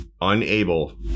unable